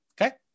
Okay